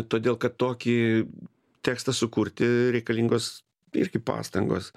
todėl kad tokį tekstą sukurti reikalingos irgi pastangos